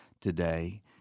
today